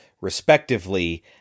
respectively